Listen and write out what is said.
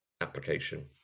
application